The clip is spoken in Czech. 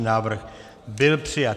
Návrh byl přijat.